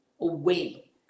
away